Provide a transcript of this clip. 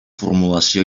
formulació